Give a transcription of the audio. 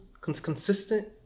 consistent